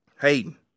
Hayden